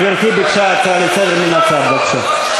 גברתי ביקשה הצעה לסדר, מן הצד, בבקשה.